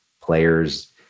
players